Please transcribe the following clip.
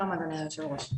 שלום אדוני היושב-ראש.